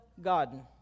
garden